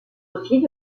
aussi